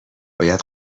باید